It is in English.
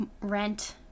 rent